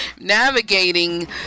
navigating